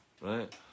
right